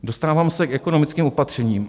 Dostávám se k ekonomickým opatřením.